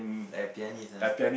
like a pianist ah